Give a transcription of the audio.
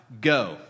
Go